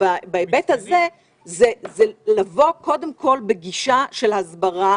בהיבט הזה הוא לבוא קודם כול בגישה של הסברה